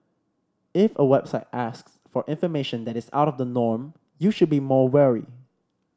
if a website asks for information that is out of the norm you should be more wary